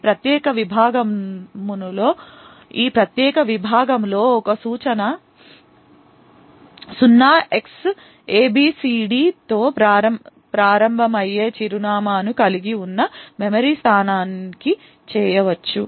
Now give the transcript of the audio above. ఈ ప్రత్యేక విభాగములో ఒక సూచన 0Xabcd తో ప్రారంభమయ్యే చిరునామాను కలిగి ఉన్న మెమరీ స్థానానికి చేయవచ్చు